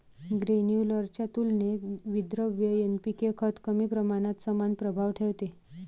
granular च्या तुलनेत विद्रव्य एन.पी.के खत कमी प्रमाणात समान प्रभाव ठेवते